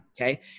Okay